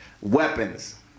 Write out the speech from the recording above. weapons